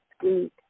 sweet